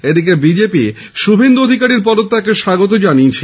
এদিকে বিজেপি শুভেন্দু অধিকারীর পদত্যাগকে স্বাগত জানিয়েছে